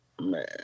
man